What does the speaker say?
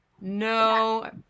no